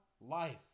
life